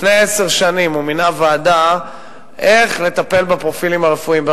לפני עשר שנים הוא מינה ועדה שתקבע איך לטפל בפרופילים הרפואיים,